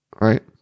Right